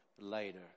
later